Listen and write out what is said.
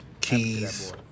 Keys